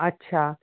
अच्छा